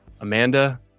Amanda